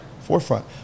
forefront